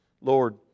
Lord